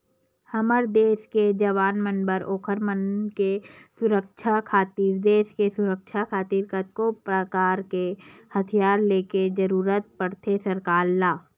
हमर देस के जवान मन बर ओखर मन के सुरक्छा खातिर देस के सुरक्छा खातिर कतको परकार के हथियार ले के जरुरत पड़थे सरकार ल